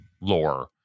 lore